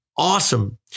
awesome